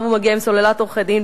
מאחר שהוא מגיע עם סוללת עורכי-דין.